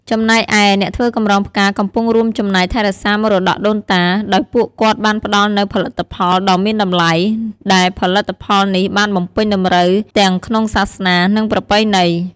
ចំណែកឯ អ្នកធ្វើកម្រងផ្កាកំពុងរួមចំណែកថែរក្សាមរតកដូនតា ដោយពួកគាត់បានផ្ដល់នូវផលិតផលដ៏មានតម្លៃ ដែលផលិតផលនេះបានបំពេញតម្រូវទាំងក្នុងសាសនា និងប្រពៃណី។